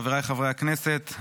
חבריי חברי הכנסת,